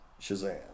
Shazam